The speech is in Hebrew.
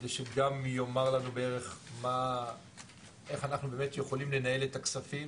על מנת שגם יאמר לנו בערך איך אנחנו באמת יכולים לנהל את הכספים